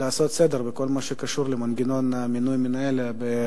ולעשות סדר בכל מה שקשור למנגנון מינוי מנהל בתיכון.